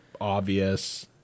obvious